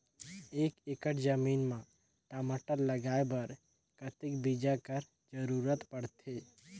एक एकड़ जमीन म टमाटर लगाय बर कतेक बीजा कर जरूरत पड़थे?